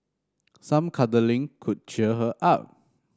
some cuddling could cheer her up